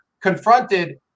confronted